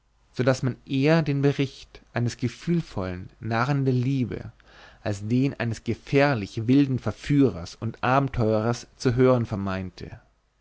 so daß man eher den bericht eines gefühlvollen narren der liebe als den eines gefährlich wilden verführers und abenteurers zu hören